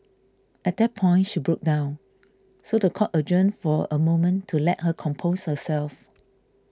at that point she broke down so the court adjourned for a moment to let her compose her selves